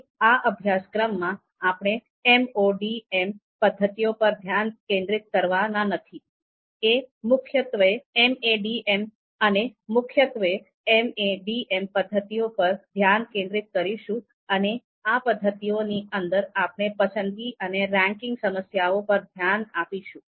તેથી આ અભ્યાસક્રમમાં આપણે MODM પદ્ધતિઓ પર ધ્યાન કેન્દ્રિત કરવા ના નથી અને મુખ્યત્વે MADM પદ્ધતિઓ પર ધ્યાન કેન્દ્રિત કરીશું અને આ પદ્ધતિની અંદર આપણે પસંદગી અને રેન્કિંગ સમસ્યાઓ પર ધ્યાન આપીશું